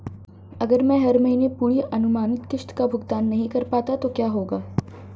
अगर मैं हर महीने पूरी अनुमानित किश्त का भुगतान नहीं कर पाता तो क्या होगा?